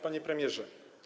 Panie Premierze!